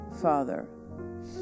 father